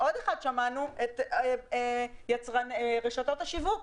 שמענו את רשתות השיווק